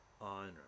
honor